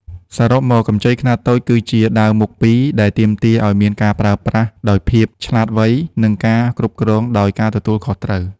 សរុបមក កម្ចីខ្នាតតូចគឺជា "ដាវមុខពីរ" ដែលទាមទារឱ្យមានការប្រើប្រាស់ដោយភាពឆ្លាតវៃ និងការគ្រប់គ្រងដោយការទទួលខុសត្រូវ។